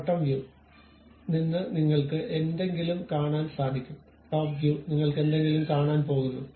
bottom view നിന്ന് നിങ്ങൾക്ക് എന്തെങ്കിലും കാണാൻ സാധിക്കും ടോപ് വ്യൂ നിങ്ങൾ എന്തെങ്കിലും കാണാൻ പോകുന്നു